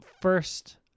First